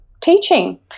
teaching